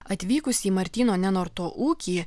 atvykus į martyno nenorto ūkį